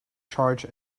charge